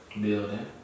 Building